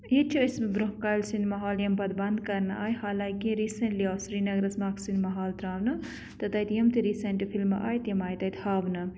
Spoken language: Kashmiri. ییٚتہِ چھِ ٲسۍ مٕتۍ برونٛہہ کالہِ سینما ہال یِم پَتہٕ بَنٛد کَرنہٕ آے حالانٛکہ ریٖسَنٛٹلی آو سرینگرَس منٛز اَکھ سینما ہال ترٛاونہٕ تہٕ تَتہِ یِم تہِ ریٖسَنٛٹ فِلمہٕ آے تِم آے تَتہِ ہاونہٕ